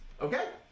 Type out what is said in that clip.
Okay